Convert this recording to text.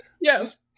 Yes